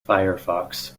firefox